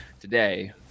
Today